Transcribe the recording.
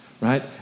Right